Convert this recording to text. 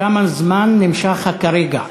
כמה זמן נמשך ה"כרגע"?